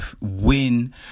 win